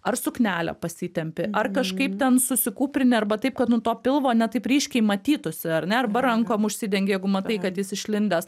ar suknelę pasitempi ar kažkaip ten susikūprini arba taip kad nuo to pilvo ne taip ryškiai matytųsi ar ne arba rankom užsidengi jeigu matai kad jis išlindęs